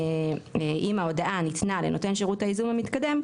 אם ההודעה ניתנה לנותן שירות הייזום המתקדם,